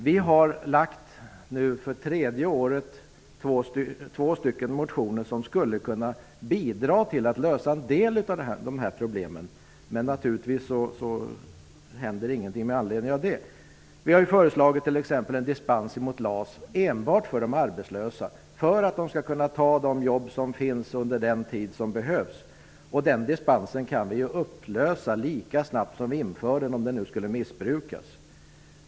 Vi har för tredje året lagt fram två motioner med förslag som skulle kunna bidra till att lösa en del av problemen. Men det händer naturligtvis ingenting med anledning av våra motioner. Vi har t.ex. föreslagit en dispens ifrån LAS enbart för de arbetslösa, för att de skall kunna ta de jobb som finns under den tid som behövs. En sådan dispens kan man upplösa lika snabbt som man inför den, om den skulle komma att missbrukas.